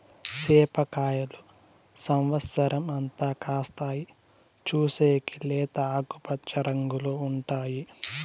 సేప కాయలు సమత్సరం అంతా కాస్తాయి, చూసేకి లేత ఆకుపచ్చ రంగులో ఉంటాయి